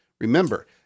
Remember